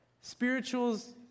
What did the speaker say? Spirituals